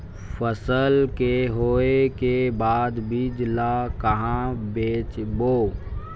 फसल के होय के बाद बीज ला कहां बेचबो?